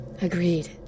Agreed